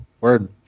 Word